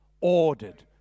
ordered